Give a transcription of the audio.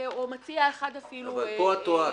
או מציע אחד אפילו --- אבל פה את טועה,